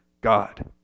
God